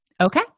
Okay